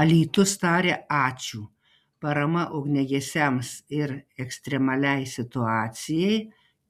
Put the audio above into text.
alytus taria ačiū parama ugniagesiams ir ekstremaliai situacijai